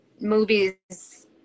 movies